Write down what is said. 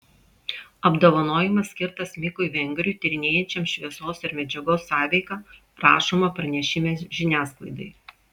apdovanojimas skirtas mikui vengriui tyrinėjančiam šviesos ir medžiagos sąveiką rašoma pranešime žiniasklaidai